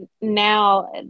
now